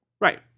Right